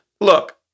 look